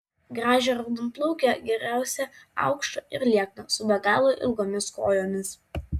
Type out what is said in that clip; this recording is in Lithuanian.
gražią raudonplaukę geriausia aukštą ir liekną su be galo ilgomis kojomis